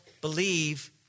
believe